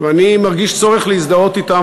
ואני מרגיש צורך להזדהות אתם,